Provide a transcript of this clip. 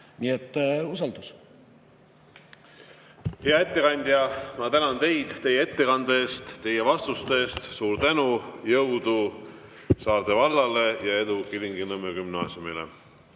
Nii et usaldus. Hea ettekandja! Ma tänan teid teie ettekande eest, teie vastuste eest. Suur tänu! Jõudu Saarde vallale ja edu Kilingi-Nõmme Gümnaasiumile!